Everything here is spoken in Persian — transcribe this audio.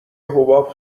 حباب